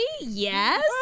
yes